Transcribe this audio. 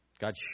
God